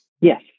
Yes